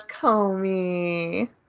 Comey